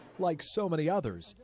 like so many others,